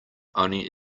only